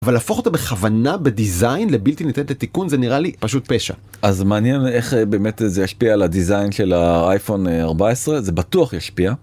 אבל להפוך אותה בכוונה בדיזיין לבלתי ניתנת לתיקון?! זה נראה לי פשוט פשע. אז מעניין איך באמת זה ישפיע על הדיזיין של האייפון 14. זה בטוח ישפיע.